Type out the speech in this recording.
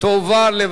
שירותי הדת היהודיים (תיקון מס' 17),